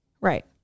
Right